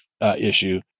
issue